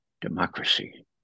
democracy